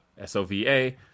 s-o-v-a